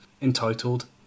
entitled